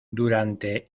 durante